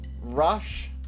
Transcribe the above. Rush